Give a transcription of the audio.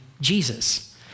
Jesus